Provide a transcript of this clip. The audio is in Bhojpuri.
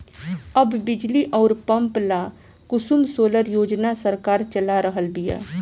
अब बिजली अउर पंप ला कुसुम सोलर योजना सरकार चला रहल बिया